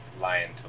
Lion